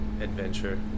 adventure